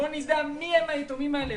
בואו נדע מי הם היתומים האלה.